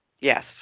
Yes